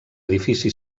edifici